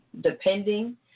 depending